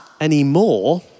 anymore